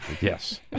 Yes